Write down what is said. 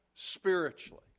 spiritually